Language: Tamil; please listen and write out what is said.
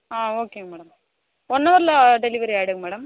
ஆ ஓகே மேடம் ஒன் ஹவரில் டெலிவெரி ஆகிடும் மேடம்